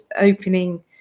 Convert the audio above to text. opening